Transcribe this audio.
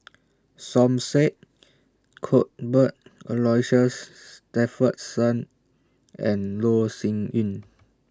Som Said Cuthbert Aloysius Shepherdson and Loh Sin Yun